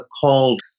called